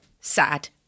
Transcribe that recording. sad